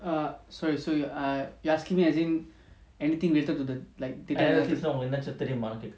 err sorry so you err you asking me as in anything related to the like data analytics